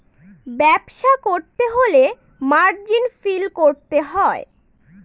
ব্যবসা করতে হলে মার্জিন ফিল করতে হয়